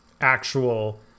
actual